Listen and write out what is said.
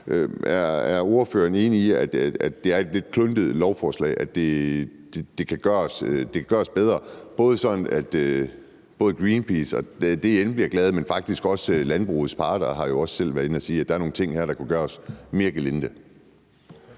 Er ordføreren enig i, at det er et lidt kluntet lovforslag, og at det kan gøres bedre, så Greenpeace bliver glade? Landbrugets parter har jo også selv været inde at sige, at der er nogle ting her, der kunne gøres mere gelinde.